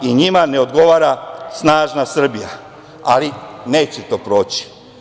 NJima ne odgovara snažna Srbija, ali neće to proći.